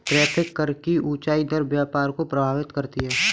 tariff कर की ऊँची दर व्यापार को प्रभावित करती है